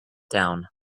down